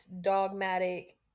dogmatic